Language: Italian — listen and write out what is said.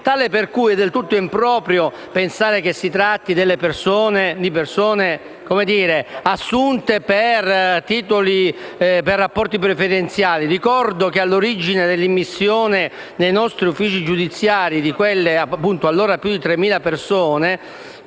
tale per cui è del tutto improprio pensare che si tratti di persone assunte per rapporti preferenziali. Ricordo che all'origine dell'immissione nei nostri uffici giudiziari di quelle che allora erano più di 3.000 persone